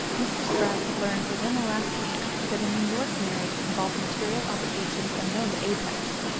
mr. spragg had learned within the last weeks that a new york marriage involved material obligations unknown to apex.